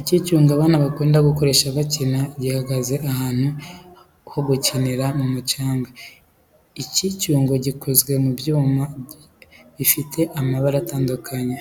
Icyicungo abana bakunda gukoresha bakina, gihagaze ahantu ho gukinira mu mucanga. Icyicungo gikozwe mu byuma bifite amabara atandukanye.